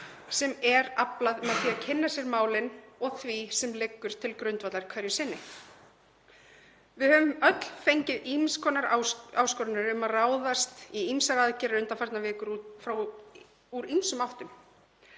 sem er aflað með því að kynna sér málin og það sem liggur til grundvallar hverju sinni. Við höfum öll fengið ýmiss konar áskoranir um að ráðast í ýmsar aðgerðir undanfarnar vikur, úr ýmsum áttum.